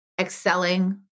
excelling